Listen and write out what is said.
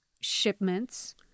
shipments